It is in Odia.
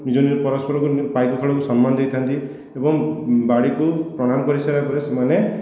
ନିଜେ ନିଜେ ପରସ୍ପରଙ୍କୁ ପାଇକ ଖେଳକୁ ସମ୍ମାନ ଦେଇଥାନ୍ତି ଏବଂ ବାଡ଼ିକୁ ପ୍ରଣାମ କରିସାରିଲା ପରେ ସେମାନେ